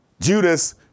Judas